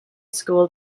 school